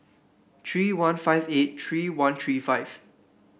three one five eight three one three five